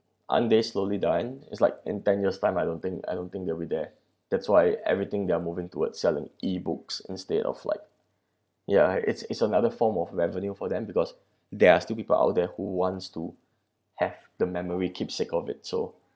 aren't they slowly dying it's like in ten years time I don't think I don't think they'll be there that's why everything they're moving toward selling E_books instead of like ya it's it's another form of revenue for them because there are still people out there who wants to have the memory keep sake of it so